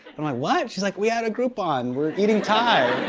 and like, what? she's like, we had a groupon, we're eating thai.